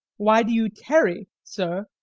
why do you tarry, sir?